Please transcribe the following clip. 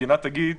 שהמדינה תגיד שכן,